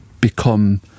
become